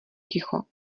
ticho